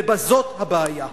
וזאת הבעיה.